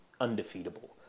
undefeatable